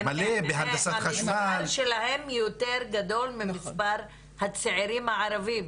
המספר שלהן יותר גדול ממספר הצעירים הערבים.